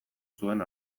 zuen